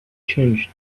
changed